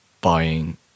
buying